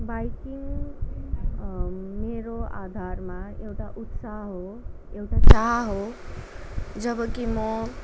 biking मेरो आधारमा एउटा उत्साह हो एउटा चाह हो जब कि म